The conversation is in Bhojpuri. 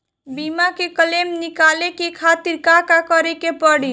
बीमा के क्लेम निकाले के खातिर का करे के पड़ी?